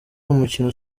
umukino